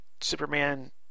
Superman